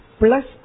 plus